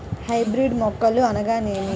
Hybrid మొక్కలు అనగానేమి?